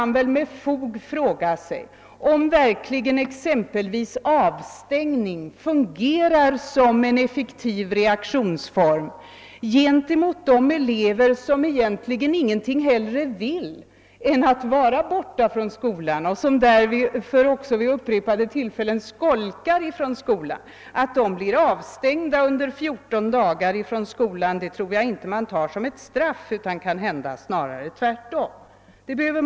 Man kan med fog fråga om exempelvis avstängningen fungerar som en effektiv reaktionsform gentemot de elever som egentligen ingenting hellre vill än att vara borta från skolan och som därför också skolkar från skolan vid upprepade tillfällen. Att de eleverna avstängs från skolan under 14 dagar tror jag inte att de tar som ett straff — snarare tvärtom. Även den saken behöver man se litet närmare på.